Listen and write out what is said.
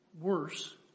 worse